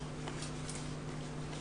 תודה רבה על